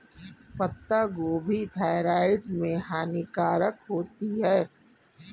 पत्ता गोभी थायराइड में हानिकारक होती है